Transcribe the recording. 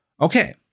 Okay